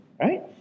right